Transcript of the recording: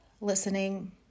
listening